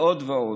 ועוד ועוד.